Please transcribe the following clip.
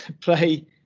play